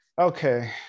okay